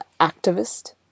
Activist